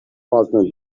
палӑртнӑ